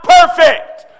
perfect